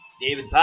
David